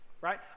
Right